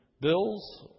bills